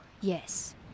yes